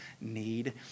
need